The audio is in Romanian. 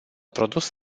produs